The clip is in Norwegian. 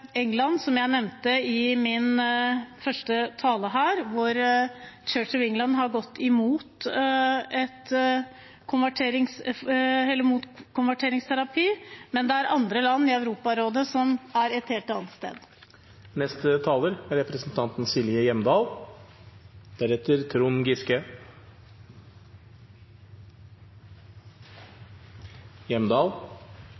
England, som jeg nevnte i min første tale her, hvor Church of England har gått imot konverteringsterapi, men det er andre land i Europarådet som er et helt annet sted. I denne salen skal vi ha respekt for våre motdebattanter. Jeg synes representanten